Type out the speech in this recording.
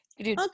Okay